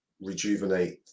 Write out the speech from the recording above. rejuvenate